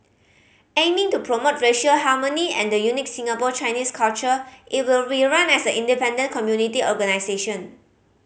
aiming to promote racial harmony and the unique Singapore Chinese culture it will be run as an independent community organisation